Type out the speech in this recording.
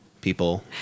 people